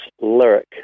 lyric